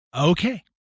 okay